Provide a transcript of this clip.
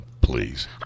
please